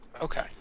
Okay